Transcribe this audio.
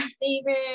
Favorite